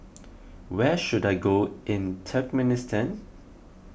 where should I go in Turkmenistan